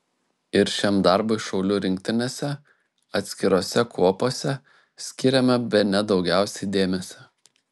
ir šiam darbui šaulių rinktinėse atskirose kuopose skiriama bene daugiausiai dėmesio